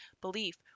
Belief